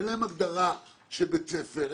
אין להם הגדרה של בית ספר,